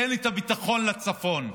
תן את הביטחון לצפון.